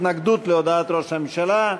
התנגדות להודעת ראש הממשלה.